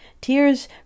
Tears